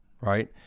Right